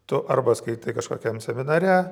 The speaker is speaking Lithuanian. tu arba skaitai kažkokiam seminare